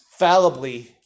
fallibly